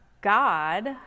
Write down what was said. God